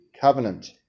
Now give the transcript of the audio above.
covenant